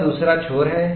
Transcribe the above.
वह दूसरा छोर है